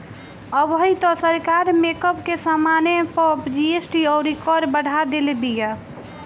अबही तअ सरकार मेकअप के समाने पअ जी.एस.टी अउरी कर बढ़ा देले बिया